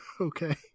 Okay